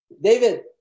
David